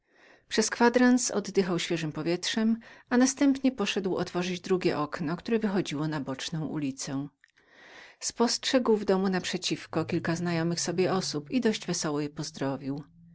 przez kwadrans oddychał świeżem powietrzem i następnie poszedł otworzyć długie okno które wychodziło na boczną ulicę spostrzegł w domu na przeciwko kilka znajomych sobie osób i dość wesoło je pozdrowił